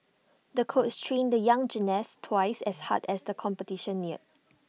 the coach trained the young gymnast twice as hard as the competition neared